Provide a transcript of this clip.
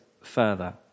further